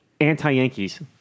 anti-Yankees